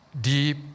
deep